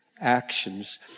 actions